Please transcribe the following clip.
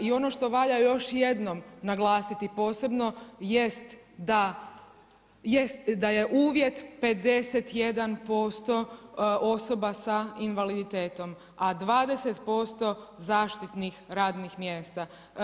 I ono što valja još jednom naglasiti posebno jest da je uvjet 51% osoba sa invaliditetom a 20% zaštitnih radnih mjesta.